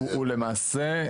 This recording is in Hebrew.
הוא למעשה,